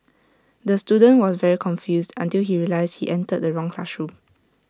the student was very confused until he realised he entered the wrong classroom